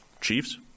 Chiefs